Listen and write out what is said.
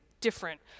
different